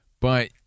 but-